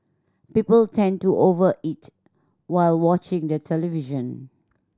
people tend to over eat while watching the television